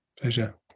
Pleasure